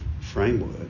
framework